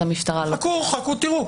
המשטרה לא --- חכו תראו.